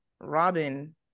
Robin